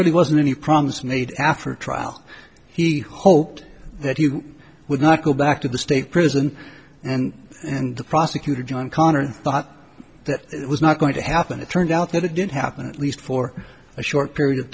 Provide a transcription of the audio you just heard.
really wasn't any promise made after trial he hoped that you would not go back to the state prison and and the prosecutor john connor thought that was not going to happen it turned out that it didn't happen at least for a short period of